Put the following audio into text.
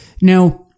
Now